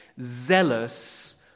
zealous